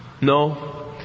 No